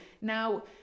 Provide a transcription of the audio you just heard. Now